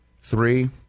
three